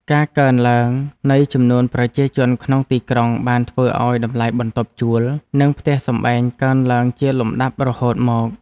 ការកើនឡើងនៃចំនួនប្រជាជនក្នុងទីក្រុងបានធ្វើឱ្យតម្លៃបន្ទប់ជួល និងផ្ទះសម្បែងកើនឡើងជាលំដាប់រហូតមក។